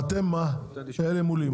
ואלה שיושבים מולי?